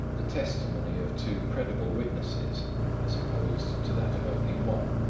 the testimony of two credible witnesses as opposed to that of only one.